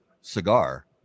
cigar